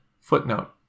Footnote